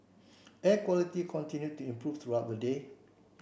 air quality continued to improve throughout the day